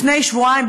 לפני שבועיים,